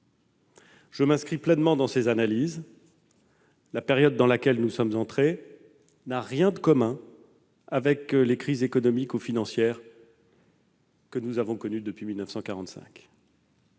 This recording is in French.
Je m'inscris pleinement dans ces analyses : la période dans laquelle nous sommes entrés n'a rien de commun avec les crises économiques ou financières que nous avons connues depuis 1945.